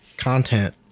content